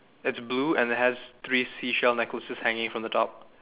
it's blue and has three seashell necklaces hanging from the top